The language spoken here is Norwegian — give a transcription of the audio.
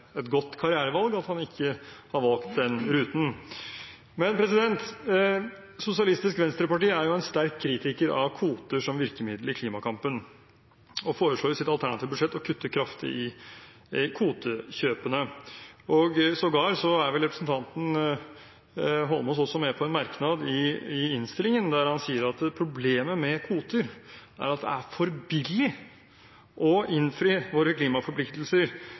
et godt karrierevalg at han ikke har valgt den ruten. Sosialistisk Venstreparti er en sterk kritiker av kvoter som virkemiddel i klimakampen og foreslår i sitt alternative budsjett å kutte kraftig i kvotekjøpene. Representanten Eidsvoll Holmås er vel sågar med på en merknad i innstillingen, der det sies at problemet med kvoter er at det er for billig å innfri våre klimaforpliktelser.